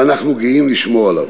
ואנחנו גאים לשמור עליו.